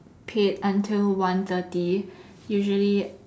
paid until one thirty usually